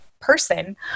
person